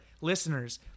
listeners